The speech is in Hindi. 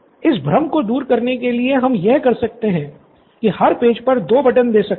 इस भ्रम को दूर करने के लिए हम यह कर सकते है ही हर पेज पर दो बटन दे सकते हैं